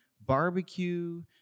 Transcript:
barbecue